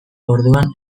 orduan